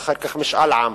ואחר כך משאל עם.